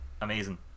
Amazing